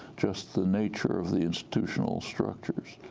just the nature of the institutional structures.